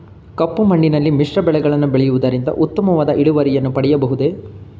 ಕಪ್ಪು ಮಣ್ಣಿನಲ್ಲಿ ಮಿಶ್ರ ಬೆಳೆಗಳನ್ನು ಬೆಳೆಯುವುದರಿಂದ ಉತ್ತಮವಾದ ಇಳುವರಿಯನ್ನು ಪಡೆಯಬಹುದೇ?